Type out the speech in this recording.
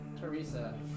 Teresa